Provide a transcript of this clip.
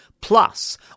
plus